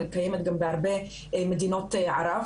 היא קיימת גם בהרבה מדינות ערב